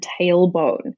tailbone